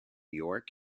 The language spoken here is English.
york